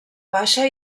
baixa